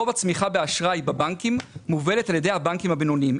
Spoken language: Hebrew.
רוב הצמיחה באשראי בבנקים מובלת על ידי הבנקים הבינוניים.